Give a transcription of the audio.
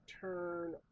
turn